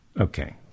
Okay